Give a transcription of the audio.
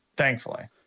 Thankfully